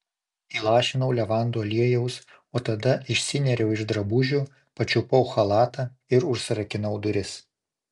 įlašinau levandų aliejaus o tada išsinėriau iš drabužių pačiupau chalatą ir užsirakinau duris